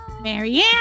Marianne